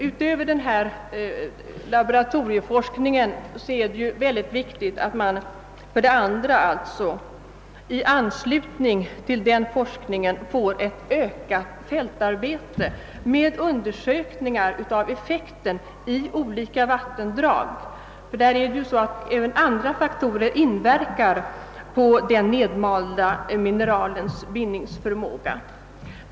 Utöver denna laboratorieforskning är det vidare synnerligen viktigt att man i anslutning härtill får ett utökat fältarbete med undersökningar av effekten i olika vattendrag. Även andra faktorer inverkar på det nedmalda mineralets bindningsförmåga.